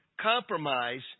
compromise